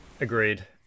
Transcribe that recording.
Agreed